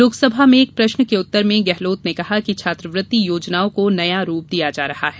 लोकसभा में एक प्रश्न के उत्तर में गहलोत ने कहा कि छात्रवृत्ति योजनाओं को नया रूप दिया जा रहा है